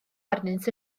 arnynt